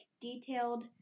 detailed